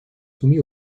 soumis